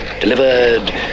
delivered